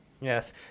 Yes